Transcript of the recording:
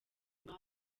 bayo